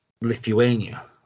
Lithuania